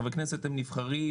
חברי כנסת הם נבחרים,